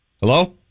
hello